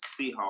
Seahawks